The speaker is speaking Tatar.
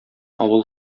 авыл